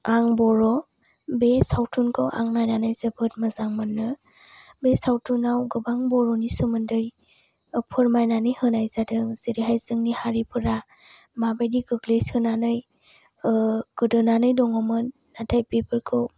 आं बर' बे सावथुनखौ आं नायनानै जोबोद मोजां मोनो बे सावथुनाव गोबां बर'नि सोमोन्दै फोरमायनानै होनाय जादों जेरैहाय जोंनि हारिफोरा माबादि गोग्लैसोनानै गोदोनानै दङमोन नाथाय बेफोरखौ